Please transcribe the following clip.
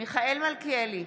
מיכאל מלכיאלי,